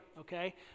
okay